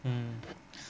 um